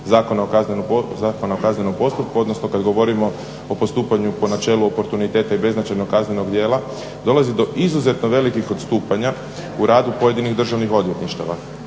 175.Zakona o kaznenom postupku odnosno kada govorimo o postupanju po načelu oprtuniteta i beznačajnog kaznenog djela dolazi do izuzetno velikih odstupanja u radu pojedinih Državnih odvjetništava.